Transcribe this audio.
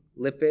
lipid